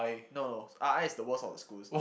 no no R_I is the worst of the schools